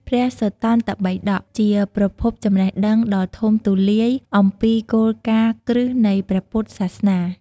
ព្រះសុត្តន្តបិដក ជាប្រភពចំណេះដឹងដ៏ធំទូលាយអំពីគោលការណ៍គ្រឹះនៃព្រះពុទ្ធសាសនា។